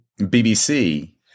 BBC